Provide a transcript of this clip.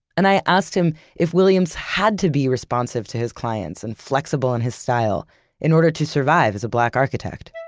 and i asked him if williams had to be responsive to his clients and flexible in his style in order to survive as a black architect